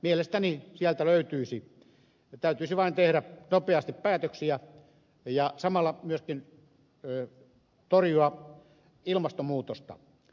mielestäni sieltä löytyisi täytyisi vain tehdä nopeasti päätöksiä ja samalla myöskin torjua ilmastonmuutosta